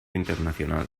internacional